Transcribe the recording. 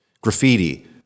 Graffiti